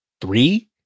three